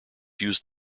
used